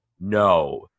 no